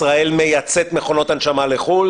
ישראל מייצאת מכונות לחו"ל,